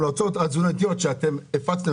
ניסיון קח ותשתה זירו ודיאט כמה שאתה רוצה.